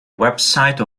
website